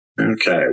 Okay